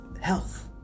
health